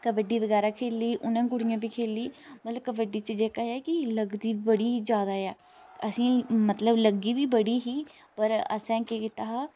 कबड्डी बगैरा खे'ल्ली उ'नें कुड़ियें बी खे'ल्ली मतलब कबड्डी जेह्का ऐ की लगदी बड़ी जादै ऐ ते असें मतलब लग्गी बी बड़ी ही पर असें केह् कीता हा